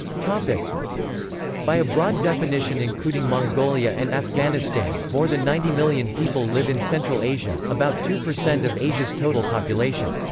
like by a broad definition including mongolia and afghanistan, more than ninety million people live in central asia, about two percent of asia's total population.